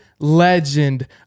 legend